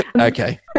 Okay